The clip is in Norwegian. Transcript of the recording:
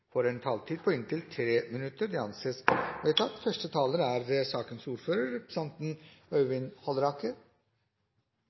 får en taletid på inntil 3 minutter. – Det anses vedtatt. I motsetning til forrige sak er